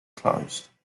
closed